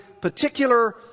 particular